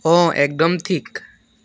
অঁ একদম ঠিক